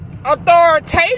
authoritative